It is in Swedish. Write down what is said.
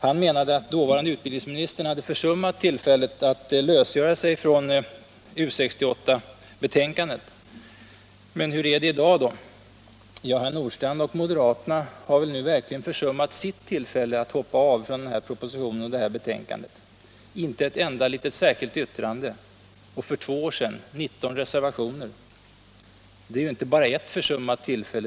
Han menade att dåvarande utbildningsministern hade försummat tillfället att lösgöra sig från U 68-betänkandet. Men hur är det i dag? Herr Nordstrandh och moderaterna har väl nu verkligen försummat sitt tillfälle att hoppa av från den här propositionen och det här betänkandet: inte ett enda litet särskilt yttrande — och för två år sedan 19 reservationer. Det är ju inte bara ert försummat tillfälle.